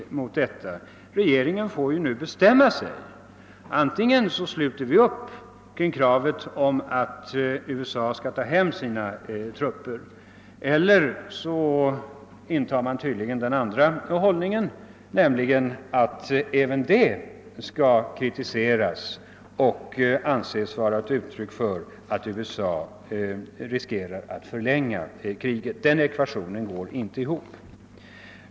Nu får regeringen bestämma sig, antingen sluta upp kring kravet att USA skall ta hem sina trupper eller inta den motsatta hållningen, nämligen att också det skall kritiseras, eftersom det kan anses vara ett uttryck för att USA riskerar att förlänga kriget. Ekvationen går nu inte ihop.